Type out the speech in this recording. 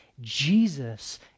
Jesus